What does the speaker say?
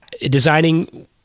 Designing